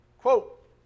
Quote